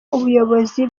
ubuyobozi